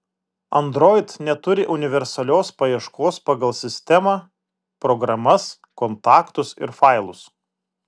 android neturi universalios paieškos pagal sistemą programas kontaktus ir failus